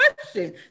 question